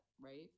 right